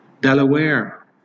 Delaware